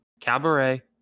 Cabaret